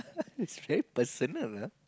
it's very personal lah